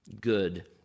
good